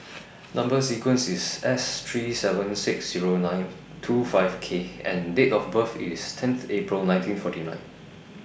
Number sequence IS S three seven six Zero nine two five K and Date of birth IS tenth April nineteen forty nine